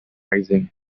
rising